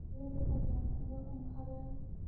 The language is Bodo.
लोगोफोरजोंबो ओंखारो